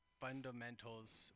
fundamentals